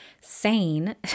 sane